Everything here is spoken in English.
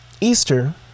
Easter